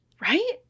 Right